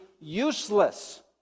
useless